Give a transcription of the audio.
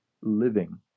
living